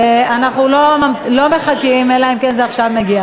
אנחנו לא מחכים, אלא אם כן זה מגיע